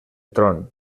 tron